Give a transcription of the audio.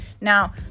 Now